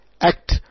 act